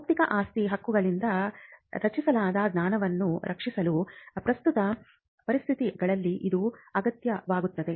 ಬೌದ್ಧಿಕ ಆಸ್ತಿ ಹಕ್ಕುಗಳಿಂದ ರಚಿಸಲಾದ ಜ್ಞಾನವನ್ನು ರಕ್ಷಿಸಲು ಪ್ರಸ್ತುತ ಪರಿಸ್ಥಿತಿಗಳಲ್ಲಿ ಇದು ಅಗತ್ಯವಾಗುತ್ತದೆ